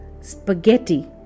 Spaghetti